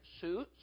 suits